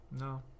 No